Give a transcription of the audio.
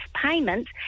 payments